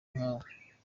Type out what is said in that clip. nkawe